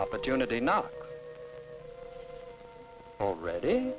opportunity not already